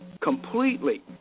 completely